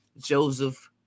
joseph